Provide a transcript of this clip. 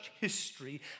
history